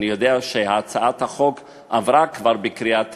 אני יודע שהצעת החוק עברה כבר בקריאה טרומית,